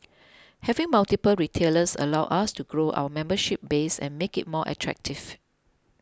having multiple retailers allows us to grow our membership base and make it more attractive